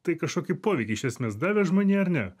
tai kažkokį poveikį iš esmės davė žmonijai ar ne